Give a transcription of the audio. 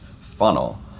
funnel